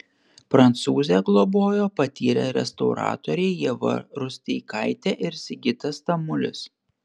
prancūzę globojo patyrę restauratoriai ieva rusteikaitė ir sigitas tamulis